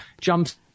jumps